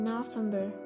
November